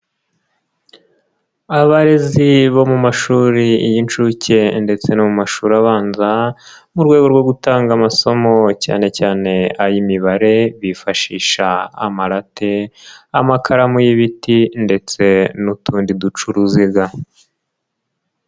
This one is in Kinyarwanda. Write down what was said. Abarezi bo mu mashuri y'inshuke ndetse no mu mashuri abanza, mu rwego rwo gutanga amasomo cyane cyane ay'Imibare, bifashisha amarate, amakaramu y'ibiti ndetse n'utundi duca uruziga.